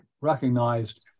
recognized